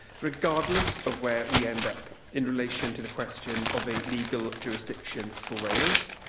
regardless of where we end up in relation to the question of a legal jurisdiction for wales,